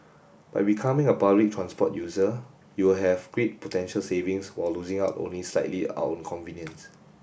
by becoming a public transport user you'll have great potential savings while losing out only slightly on convenience